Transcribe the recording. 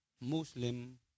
Muslim